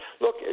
look